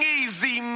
easy